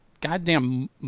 goddamn